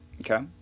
Okay